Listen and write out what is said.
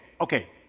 okay